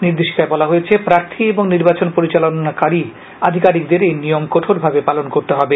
নির্দেশিকায় বলা হয়েছে প্রার্থী এবং নির্বাচন পরিচালনাকারী আধিকারিকদের এই নিয়ম কঠোরভাবে পালন করতে হবে